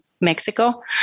Mexico